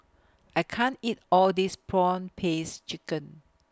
I can't eat All This Prawn Paste Chicken